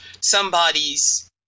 somebody's